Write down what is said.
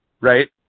right